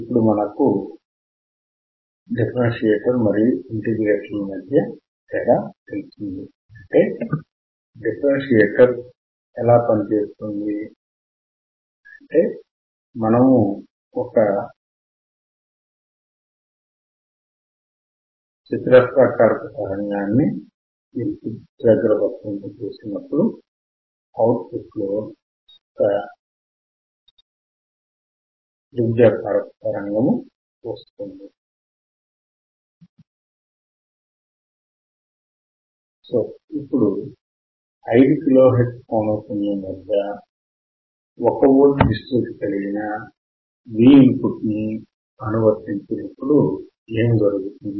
ఇప్పుడు మనకు డిఫరెన్షియేటర్ మరియు ఇంటిగ్రేటర్ ల మధ్య తేడా తెలిసింది 5 కిలో హెర్ట్జ్ పౌనఃపున్యం వద్ద 1 వోల్ట్ విస్తృతి కలిగిన Vin ని అనువర్తించినప్పుడు ఏమి జరుగుతుంది